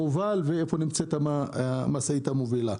כוחות החילוץ יהיו מודעים לחומר המובל ואיפה נמצאת המשאית המובילה.